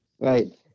Right